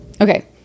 Okay